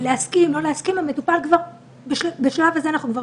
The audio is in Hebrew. להסכים, לא להסכים, בשלב הזה אנחנו כבר